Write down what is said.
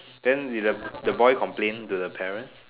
then did the the boy complain to the parents